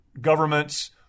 governments